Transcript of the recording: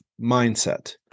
mindset